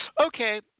okay